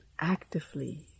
actively